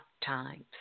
times